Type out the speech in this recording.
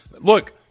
look